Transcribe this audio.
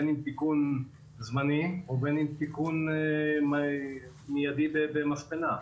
בין אם תיקון זמני או בין אם תיקון מיידי במספנה.